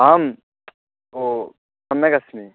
आम् ओ सम्यगस्मि